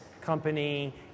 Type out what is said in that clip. company